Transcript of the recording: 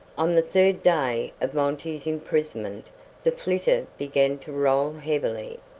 on the third day of monty's imprisonment the flitter began to roll heavily.